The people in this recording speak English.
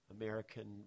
American